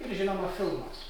ir žinoma filmas